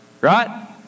right